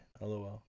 LOL